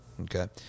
Okay